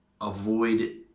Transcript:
avoid